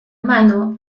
mano